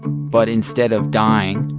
but instead of dying,